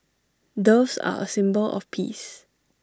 doves are A symbol of peace